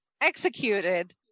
executed